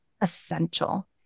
essential